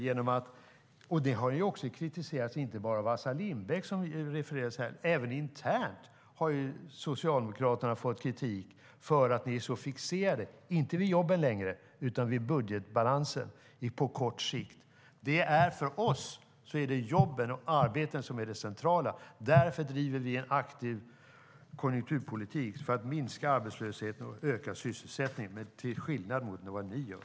Det har kritiserats inte bara av Assar Lindbeck, som det refererades till här, utan Socialdemokraterna har även fått kritik internt för att ni är så fixerade - inte längre vid jobben utan vid budgetbalansen på kort sikt. För oss är det jobben och arbete som är det centrala, och därför driver vi en aktiv konjunkturpolitik. På så sätt minskar vi arbetslösheten och ökar sysselsättningen, till skillnad mot vad ni gör.